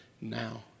now